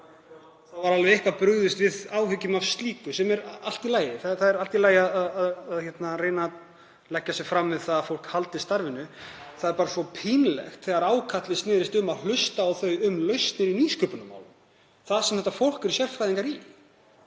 það var áreiðanlega eitthvað brugðist við áhyggjum af slíku, sem er allt í lagi. Það er allt í lagi að reyna að leggja sig fram við að fólk haldi starfi sínu. Það er bara svo pínlegt þegar ákallið snerist um að hlusta á þetta fólk varðandi lausnir í nýsköpunarmálum, það sem þetta fólk er sérfræðingar í